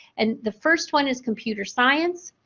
and, the first one is computer science.